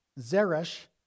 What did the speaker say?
Zeresh